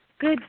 Good